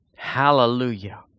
Hallelujah